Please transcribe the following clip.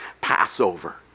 Passover